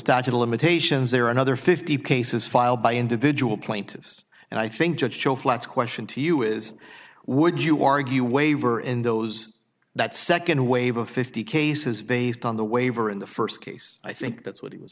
statute of limitations there are another fifty cases filed by individual plaintiffs and i think judge show flats question to you is would you argue waiver in those that second wave of fifty cases based on the waiver in the first case i think that's what he was